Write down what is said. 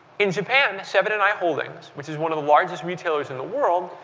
in japan, seven and i holdings, which is one of the largest retailers in the world,